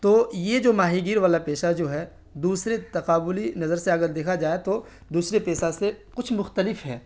تو یہ جو ماہی گیر والا پیشہ جو ہے دوسرے تقابلی نظر سے اگر دیکھا جائے تو دوسرے پیشہ سے کچھ مختلف ہے